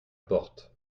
porte